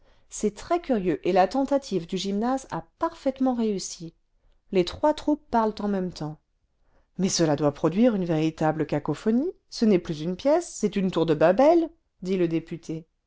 c'est très curieux et la tentative du gymnase a parfaitement réussi les trois troupes parlent en même temps mais cela doit produire une véritable cacophonie ce n'est plus une pièce c'est une tour cle babel dit le député